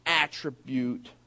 attribute